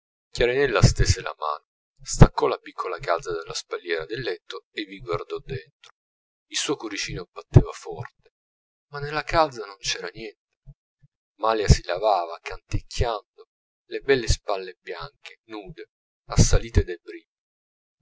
stese la mano staccò la piccola calza dalla spalliera del letto e vi guardò entro il suo cuoricino batteva forte ma nella calza non c'era niente malia si lavava canticchiando le belle spalle bianche nude assalite dai